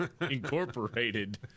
incorporated